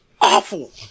awful